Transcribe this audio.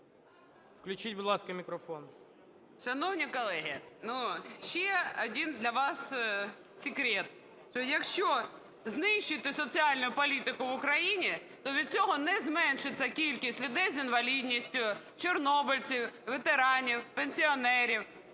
Включіть, будь ласка мікрофон. 11:52:36 КОРОЛЕВСЬКА Н.Ю. Шановні колеги, ну ще один для вас секрет, що якщо знищити соціальну політику в Україні, то від цього не зменшиться кількість людей з інвалідністю, чорнобильців, ветеранів, пенсіонерів.